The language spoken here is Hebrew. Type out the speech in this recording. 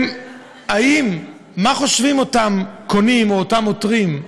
מה חושבים אותם קונים או אותם עותרים?